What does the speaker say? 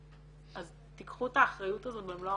אז תיקחו את האחריות הזאת במלוא הרצינות.